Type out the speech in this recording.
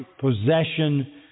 possession